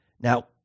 Now